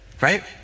right